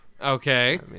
Okay